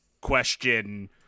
question